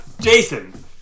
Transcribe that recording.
Jason